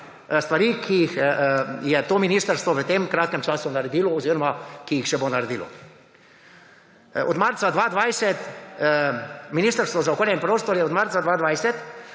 stvari, ki jih je to ministrstvo v tem kratkem času naredilo oziroma ki jih še bo naredilo. Ministrstvo za okolje in prostor je od marca 2020